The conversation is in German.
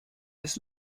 des